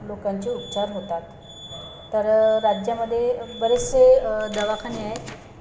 लोकांचे उपचार होतात तर राज्यामध्ये बरेचसे दवाखाने आहेत